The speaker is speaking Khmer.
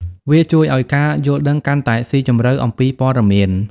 វាជួយឱ្យការយល់ដឹងកាន់តែស៊ីជម្រៅអំពីព័ត៌មាន។